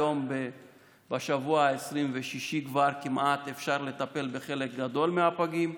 היום בשבוע ה-26 כבר כמעט אפשר לטפל בחלק גדול מהפגים,